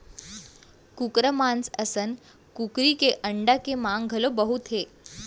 कुकरा मांस असन कुकरी के अंडा के मांग घलौ बहुत हे